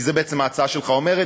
כי זו בעצם ההצעה שלך אומרת,